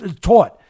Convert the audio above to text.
taught